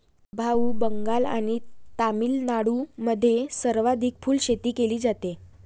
भाऊ, बंगाल आणि तामिळनाडूमध्ये सर्वाधिक फुलशेती केली जाते